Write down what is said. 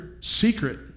secret